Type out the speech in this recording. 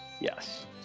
Yes